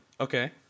okay